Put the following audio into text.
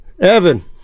Evan